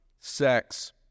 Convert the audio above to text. sex